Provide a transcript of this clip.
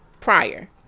prior